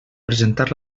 presentar